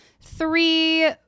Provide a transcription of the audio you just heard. three